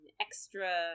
extra